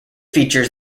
features